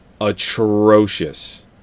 atrocious